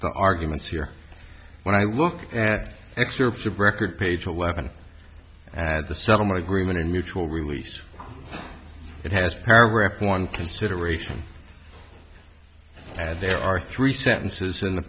the arguments here when i look at excerpts of record page a weapon as a settlement agreement and mutual release it has paragraph one consideration and there are three sentences in the